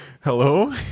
Hello